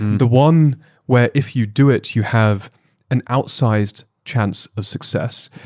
the one where, if you do it, you have an outsized chance of success.